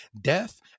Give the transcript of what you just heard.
Death